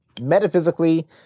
metaphysically